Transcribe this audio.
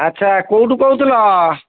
ଆଚ୍ଛା କେଉଁଠୁ କହୁଥିଲ